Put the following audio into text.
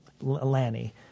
Lanny